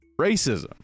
Racism